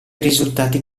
risultati